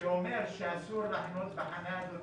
שאומר שאסור להחנות בחנייה הזאת,